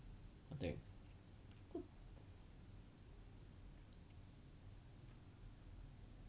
what thing